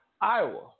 Iowa